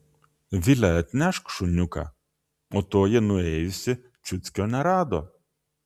vile atnešk šuniuką o toji nuėjusi ciuckio nerado